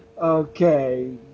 Okay